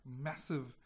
massive